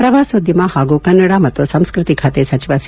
ಪ್ರವಾಸೋದ್ಯಮ ಹಾಗೂ ಕನ್ನಡ ಮತ್ತು ಸಂಸ್ಕತಿ ಖಾತೆ ಸಚಿವ ಸಿ